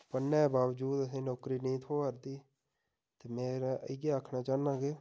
पढ़ने दे बाबजूद असेंगी नौकरी नेईं थ्होऐ'रदी दी ते मेरे इ'यै आक्खना चाह्न्नां कि